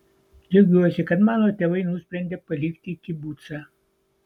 džiaugiuosi kad mano tėvai nusprendė palikti kibucą